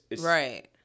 Right